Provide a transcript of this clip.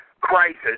crisis